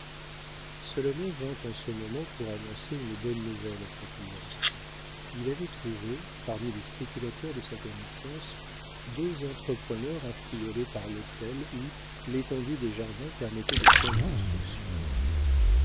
natalie solonet vint en ce moment pour annoncer une bonne nouvelle à sa cliente il avait trouvé parmi les spéculateurs de sa connaissance deux entrepreneurs affriolés par l'hôtel où l'étendue des jardins permettait de faire des constructions